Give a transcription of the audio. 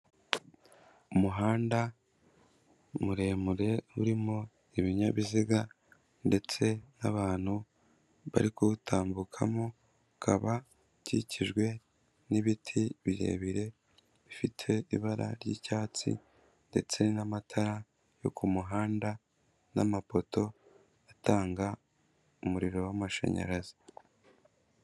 Umuhanda muremure, urimo ibinyabiziga ndetse n'abantu bari kuwutambukamo, ukaba ukikijwe n'ibiti birebire, bifite ibara ry'icyatsi ndetse n'amatara yo ku muhanda n'amapoto, atanga umuriro w'amashanyarazi.